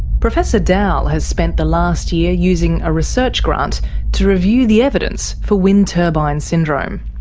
professor dowell has spent the last year using a research grant to review the evidence for wind turbine syndrome.